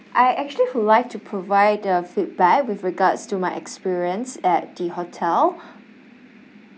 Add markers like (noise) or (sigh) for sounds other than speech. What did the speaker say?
I actually would like to provide a feedback with regards to my experience at the hotel (breath)